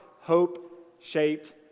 Hope-Shaped